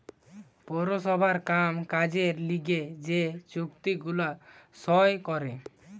পৌরসভার কাম কাজের লিগে যে চুক্তি গুলা সই করে